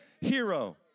hero